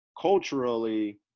culturally